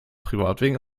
privatwegen